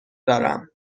دارم